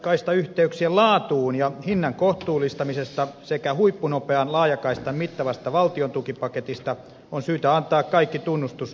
puuttumisesta laajakaistayhteyksien laatuun ja hinnan kohtuullistamisesta sekä huippunopean laajakaistan mittavasta valtiontukipaketista on syytä antaa kaikki tunnustus viestintäministeri lindenille